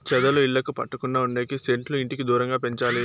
చెదలు ఇళ్లకు పట్టకుండా ఉండేకి సెట్లు ఇంటికి దూరంగా పెంచాలి